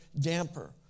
damper